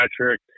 Patrick